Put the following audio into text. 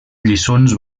lliçons